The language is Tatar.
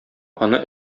аны